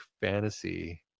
fantasy